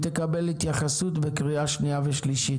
תקבל התייחסות בקריאה שנייה ושלישית.